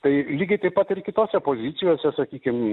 tai lygiai taip pat ir kitose pozicijose sakykim